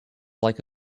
like